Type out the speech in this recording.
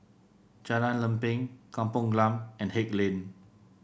Jalan Lempeng Kampung Glam and Haig Lane